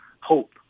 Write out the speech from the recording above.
hope